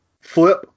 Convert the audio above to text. flip